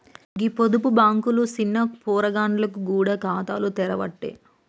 గీ పొదుపు బాంకులు సిన్న పొలగాండ్లకు గూడ ఖాతాలు తెరవ్వట్టే